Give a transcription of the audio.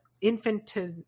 infantile